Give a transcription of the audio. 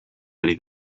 ari